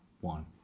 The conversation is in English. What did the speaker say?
one